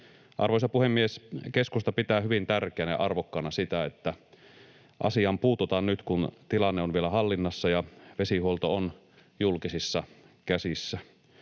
Arvoisa puhemies! Keskusta pitää hyvin tärkeänä ja arvokkaana sitä, että asiaan puututaan nyt, kun tilanne on vielä hallinnassa ja vesihuolto on julkisissa käsissä.